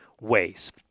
ways